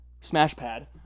Smashpad